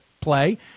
play